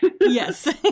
Yes